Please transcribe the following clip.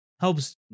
Helps